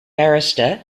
barrister